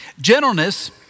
Gentleness